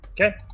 Okay